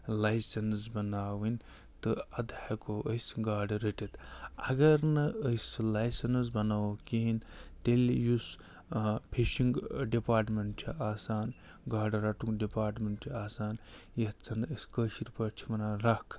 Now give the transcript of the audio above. licence بناوٕنۍ تہٕ اَدٕ ہٮ۪کو أسۍ گاڈٕ رٔٹِتھ اگر نہٕ أسۍ سُہ لایسٮ۪نٕس بناوو کِہیٖنۍ تیٚلہِ یُس فِشِنٛگ ڈِپاٹمٮ۪نٛٹ چھِ آسان گاڈٕ رٹنُک ڈِپاٹمٮ۪نٛٹ چھِ آسان یَتھ زَنہٕ أسۍ کٲشٕر پٲٹھۍ چھِ ونان رَکھ